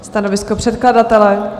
Stanovisko předkladatele?